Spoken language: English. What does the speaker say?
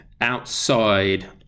outside